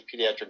pediatric